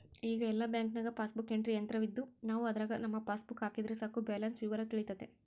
ಈಗ ಎಲ್ಲ ಬ್ಯಾಂಕ್ನಾಗ ಪಾಸ್ಬುಕ್ ಎಂಟ್ರಿ ಯಂತ್ರವಿದ್ದು ನಾವು ಅದರಾಗ ನಮ್ಮ ಪಾಸ್ಬುಕ್ ಹಾಕಿದರೆ ಸಾಕು ಬ್ಯಾಲೆನ್ಸ್ ವಿವರ ತಿಳಿತತೆ